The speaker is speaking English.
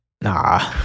Nah